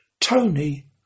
Tony